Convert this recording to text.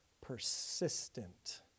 persistent